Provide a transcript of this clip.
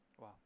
Wow